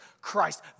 Christ